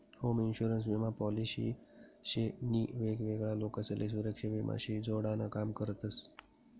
home insurance विमा policy शे नी वेगवेगळा लोकसले सुरेक्षा विमा शी जोडान काम करतस